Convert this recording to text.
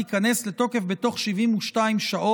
ההכרזה תיכנס לתוקף בתוך 72 שעות,